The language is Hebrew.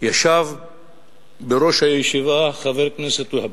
ישב בראש הישיבה חבר הכנסת והבה,